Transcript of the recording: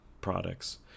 products